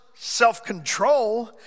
self-control